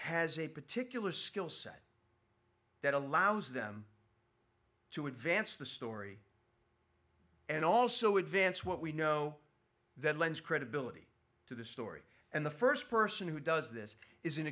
has a particular skill set that allows them to advance the story and also advance what we know that lends credibility to the story and the first person who does this is an